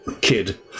kid